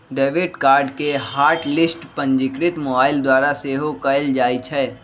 debit card के hot list पंजीकृत mobile द्वारा सेहो कएल जाइ छै